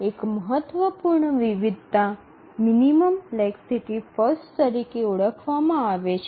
એક મહત્વપૂર્ણ વિવિધતા મિનિમમ લેકસીટી ફર્સ્ટ તરીકે ઓળખવામાં આવે છે